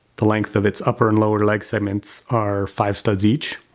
the length of its upper and lower leg segments are five studs each,